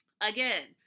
Again